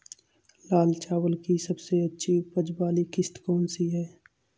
लाल चावल की सबसे अच्छी उपज वाली किश्त कौन सी है?